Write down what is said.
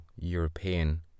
european